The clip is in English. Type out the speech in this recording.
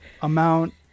amount